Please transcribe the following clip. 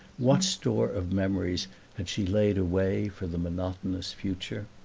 what store of memories had she laid away for the monotonous future?